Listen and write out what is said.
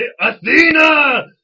Athena